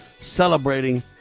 celebrating